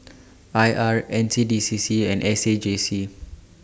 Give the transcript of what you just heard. I R N C D C C and S A J C